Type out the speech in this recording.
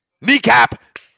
Kneecap